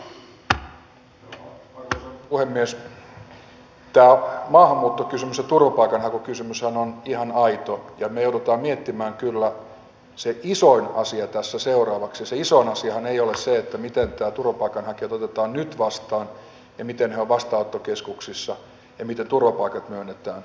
tämä maahanmuuttokysymys ja turvapaikanhakukysymyshän ovat ihan aitoja ja me joudumme miettimään kyllä sen isoimman asian tässä seuraavaksi ja se isoin asiahan ei ole se miten turvapaikanhakijoita otetaan nyt vastaan ja miten he ovat vastaanottokeskuksissa ja miten turvapaikat myönnetään